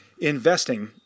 investing